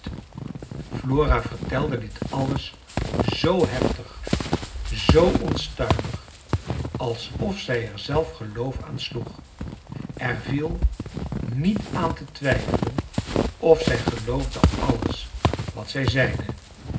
flora vertelde dit alles zoo heftig zoo onstuimig alsof zij er zelf geloof aan sloeg er viel niet aan te twijfelen of zij geloof de alles wat zij zeide